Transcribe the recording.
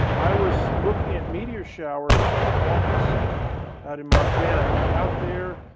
i was looking at meteor showers in august out in montana, and out there,